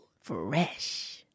Fresh